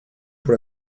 pour